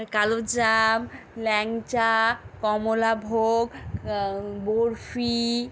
কালোজাম ল্যাংচা কমলাভোগ বরফি